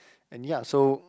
and ya so